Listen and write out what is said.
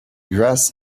grass